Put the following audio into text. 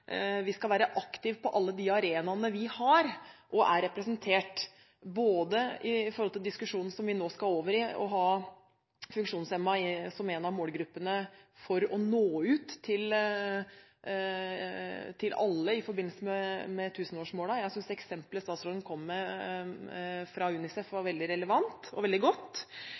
vi skal være aktive på alle de arenaene vi har og er representert på, både i diskusjonen som vi nå skal over i, og når det gjelder å ha funksjonshemmede som en av målgruppene – for å nå ut til alle i forbindelse med tusenårsmålene. Jeg synes det eksempelet statsråden kom med, fra UNICEF, var veldig relevant og veldig godt.